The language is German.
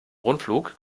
rundflug